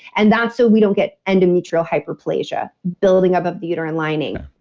and that's so we don't get endometrial hyperplasia, building up of the uterine lining.